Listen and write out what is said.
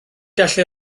gallu